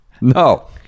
No